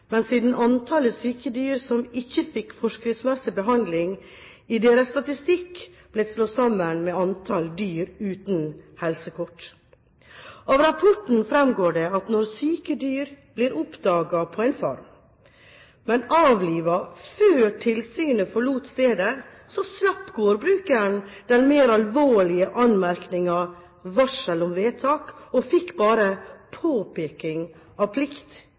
siden antall syke dyr som ikke fikk forskriftsmessig behandling, i deres statistikk ble slått sammen med antall dyr uten helsekort. Av rapporten fremgår det at når syke dyr ble oppdaget på en farm, men avlivet før tilsynet forlot stedet, slapp gårdbrukeren den mer alvorlige anmerkningen «varsel om vedtak» og fikk bare «påpeking av plikt».